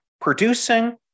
Producing